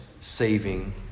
saving